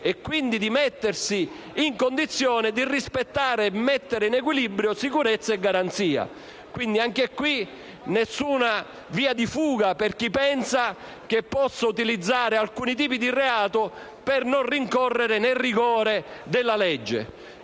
e quindi di mettersi in condizione di rispettare e mettere in equilibrio sicurezza e garanzia. Quindi, anche in questo caso nessuna via di fuga per chi pensa di poter utilizzare alcuni tipi di reati per non incorrere nel rigore della legge.